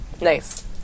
Nice